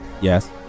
Yes